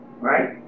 right